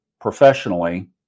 professionally